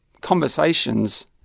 conversations